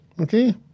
Okay